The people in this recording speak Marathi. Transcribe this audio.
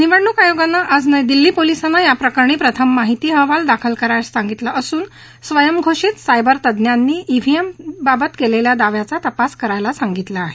निवडणूक आयोगानं आज दिल्ली पोलीसांना याप्रकरणी प्रथम माहिती अहवाल दाखल करायला सांगितलं असून स्वंयघोषित सायबर तंज्ञानी ईव्हीएम बाबत केलेल्या दाव्याचा तपास करायला सांगितलं आहे